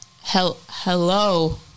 Hello